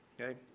Okay